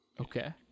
Okay